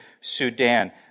Sudan